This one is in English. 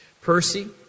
Percy